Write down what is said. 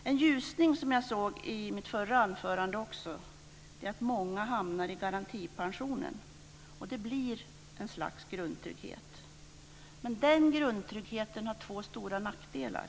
En ljusning, som jag tog upp även i mitt förra anförande, är att många hamnar i garantipensionen, och det blir ett slags grundtrygghet. Men den grundtryggheten har två stora nackdelar.